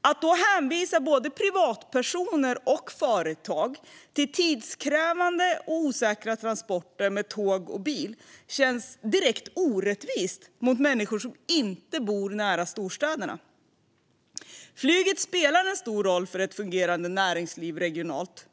Att då hänvisa både privatpersoner och företag till tidskrävande och osäkra transporter med tåg och bil känns direkt orättvist mot människor som inte bor nära storstäderna. Flyget spelar en stor roll för ett fungerande näringsliv regionalt.